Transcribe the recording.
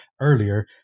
earlier